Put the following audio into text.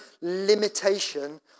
limitation